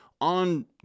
On